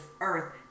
earth